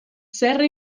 serra